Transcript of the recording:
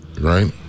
Right